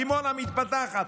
דימונה מתפתחת,